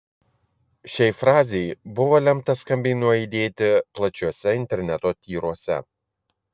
šiai frazei buvo lemta skambiai nuaidėti plačiuose interneto tyruose